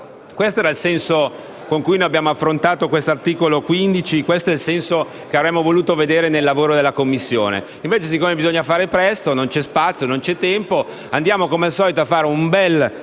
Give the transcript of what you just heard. Questo era il senso con cui abbiamo affrontato l'articolo 15 e il senso che avremmo voluto vedere nel lavoro della Commissione. Invece, siccome bisogna fare presto, non c'è spazio e non c'è tempo per fare diversamente, andiamo a fare un bel